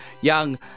young